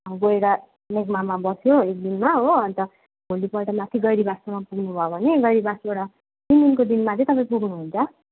गएर लेकमामा बस्यो एकदिनमा हो अन्त भोलि पल्ट माथि गैरिबाससम्म पुग्नु भयो भने गैरिबासबाट तिन दिनको दिनमा चाहिँ तपाईँ पुग्नु हुन्छ